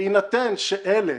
בהינתן שאלה